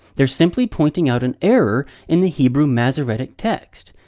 they're simply pointing out an error in the hebrew masoretic text.